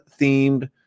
themed